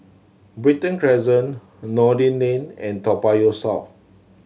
Brighton Crescent Noordin Lane and Toa Payoh South